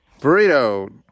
Burrito